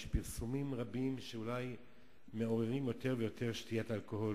יש פרסומים רבים שאולי מעוררים יותר ויותר שתיית אלכוהול,